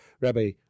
Rabbi